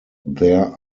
there